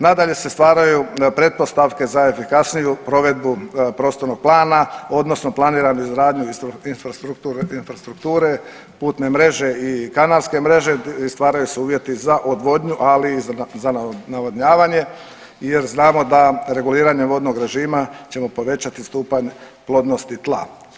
Nadalje se stvaraju pretpostavke za efikasniju provedbu prostornog plana odnosno planiranu izgradnju infrastrukture, putne mreže i kanalske i stvaraju se uvjeti za odvodnju, ali i za navodnjavanje jer znamo da reguliranje vodnog režima ćemo povećati stupanj plodnosti tla.